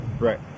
Right